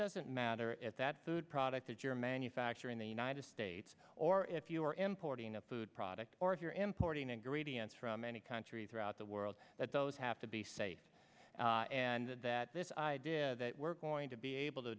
doesn't matter if that food product is your manufacture in the united states or if you are importing a food product or if you're importing a gradient from any country throughout the world that those have to be safe and that this idea that we're going to be able to